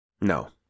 No